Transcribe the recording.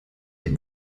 dem